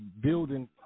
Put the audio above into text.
building